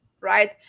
right